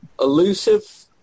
elusive